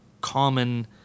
common